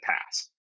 pass